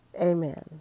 Amen